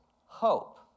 hope